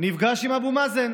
נפגש עם אבו מאזן?